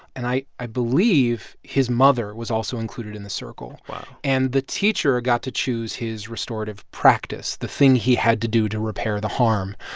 and i i believe his mother was also included in the circle wow and the teacher got to choose his restorative practice, the thing he had to do to repair the harm.